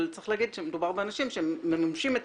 אבל גם צריך להגיד שמדובר באנשים שמממשים את